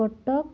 Cuttack